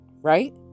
Right